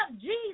Jesus